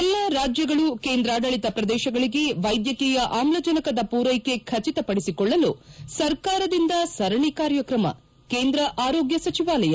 ಎಲ್ಲಾ ರಾಜ್ಲಗಳು ಕೇಂದ್ರಾಡಳಿತ ಪ್ರದೇಶಗಳಿಗೆ ವೈದ್ಯಕೀಯ ಆಮ್ಲಜನಕದ ಪೂರ್ನೆಕೆ ಖಚಿತಪಡಿಸಿಕೊಳ್ಳಲು ಸರ್ಕಾರದಿಂದ ಸರಣಿ ಕಾರ್ಯಕ್ರಮ ಕೇಂದ್ರ ಆರೋಗ್ಲ ಸಚಿವಾಲಯ